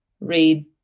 read